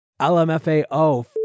LMFAO